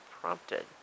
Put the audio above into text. prompted